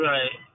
Right